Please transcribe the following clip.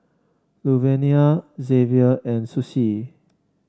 Luvenia Xzavier and Sussie